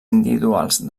individuals